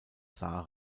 saar